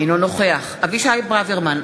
אינו נוכח אבישי ברוורמן,